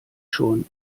schon